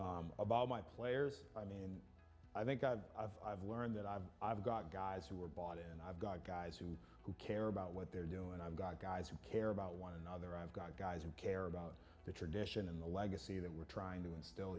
d about my players i mean i think i've i've i've learned that i've i've got guys who are bought and i've got guys who who care about what they're doing and i've got guys who care about one another i've got guys who care about the tradition and the legacy that we're trying to instill